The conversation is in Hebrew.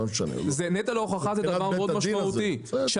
לא משנה, לא.